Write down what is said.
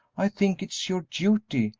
i think it's your duty,